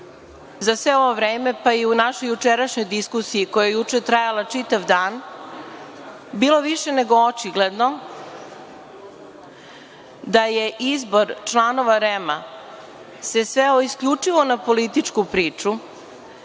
za sve ovo vreme, pa i u našoj jučerašnjoj diskusiji koja je juče trajala čitav dan, bilo više nego očigledno da se izbor članova REM-a sveo isključivo na političku priču